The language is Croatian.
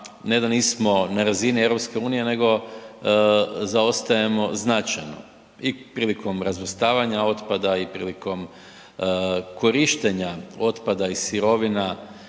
ne da nismo na razini EU nego zaostajemo značajno i prilikom razvrstavanja otpada i prilikom korištenja otpada i sirovina